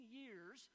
years